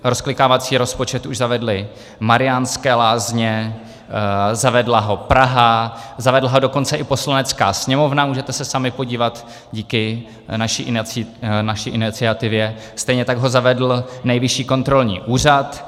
Rozklikávací rozpočet už zavedly Mariánské Lázně, zavedla ho Praha, zavedla ho dokonce i Poslanecká sněmovna, můžete se sami podívat, díky naší iniciativě, stejně tak ho zavedl Nejvyšší kontrolní úřad.